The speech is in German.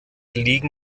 liegen